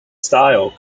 style